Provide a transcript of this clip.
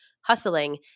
hustling